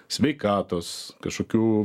sveikatos kažkokių